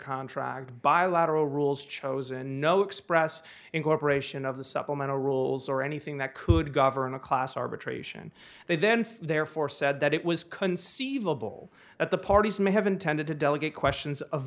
contract bilateral rules chose and no express incorporation of the supplemental rules or anything that could govern a class arbitration they then therefore said that it was conceivable that the parties may have intended to delegate questions of